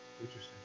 Interesting